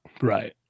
Right